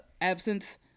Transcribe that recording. absinthe